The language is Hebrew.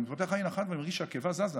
אני פותח עין אחת ואני מרגיש שהקיבה זזה,